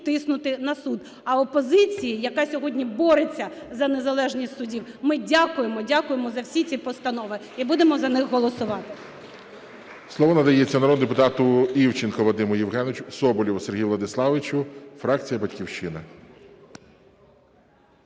тиснути на суд. А опозиції, яка сьогодні бореться за незалежність суддів, ми дякуємо, дякуємо за всі ці постанови і будемо за них голосувати. ГОЛОВУЮЧИЙ. Слово надається народному депутату Івченку Вадиму Євгеновичу. Соболєву Сергію Владиславовичу, фракція "Батьківщина".